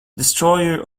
destroyer